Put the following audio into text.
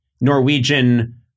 Norwegian